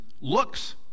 looks